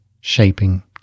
shaping